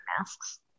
masks